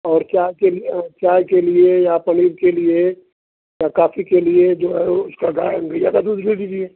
और क्या के लिए चाय के लिए या पनीर के लिए और कॉफ़ी के लिए जो है उसका गाय गइया का दूध ले लीजिए